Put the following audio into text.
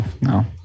No